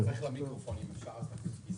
כן.